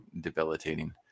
debilitating